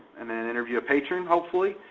and then interview a patron hopefully,